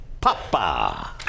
Papa